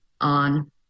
on